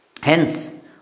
Hence